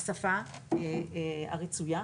בשפה הרצויה,